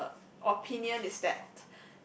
the opinion is that